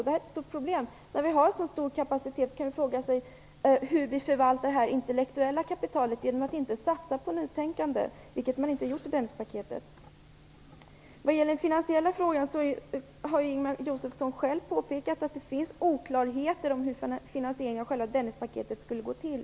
Det är ett stort problem när vi har så stor kapacitet. Vi kan fråga oss hur vi egentligen förvaltar det intellektuella kapitalet när vi inte satsar på nytänkande, vilket inte görs i Dennispaketet. Vad gäller den finansiella frågan har Ingemar Josefsson själv påpekat att det finns oklarheter om hur finansieringen av Dennispaketet skall gå till.